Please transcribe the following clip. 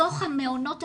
בתוך המעונות הקיימים,